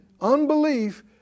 Unbelief